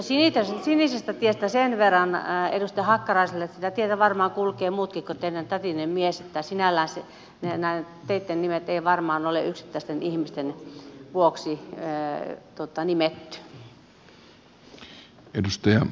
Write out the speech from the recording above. tuosta sinisestä tiestä sen verran edustaja hakkaraiselle että sitä tietä varmaan kulkevat muutkin kuin teidän tätinne mies että sinällään nämä teitten nimet eivät varmaan ole yksittäisten ihmisten vuoksi nimetyt